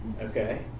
Okay